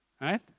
Right